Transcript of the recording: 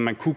man kunne